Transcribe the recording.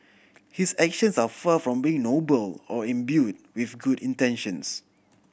his actions are far from being noble or imbued with good intentions